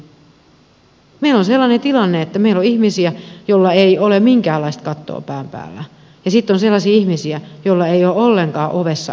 meillä on sellainen tilanne että meillä on ihmisiä joilla ei ole minkäänlaista kattoa pään päällä ja sitten on sellaisia ihmisiä joilla ei ole ollenkaan ovessa omaa nimeä